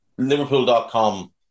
Liverpool.com